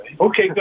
Okay